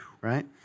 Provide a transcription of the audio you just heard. right